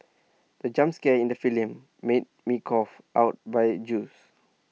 the jump scare in the film made me cough out my juice